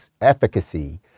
efficacy